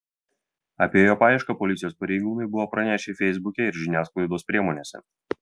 apie jo paiešką policijos pareigūnai buvo pranešę feisbuke ir žiniasklaidos priemonėse